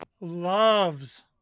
loves